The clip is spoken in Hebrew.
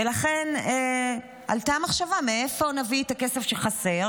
ולכן עלתה המחשבה: מאיפה נביא את הכסף שחסר?